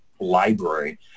library